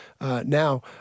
now